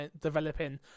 developing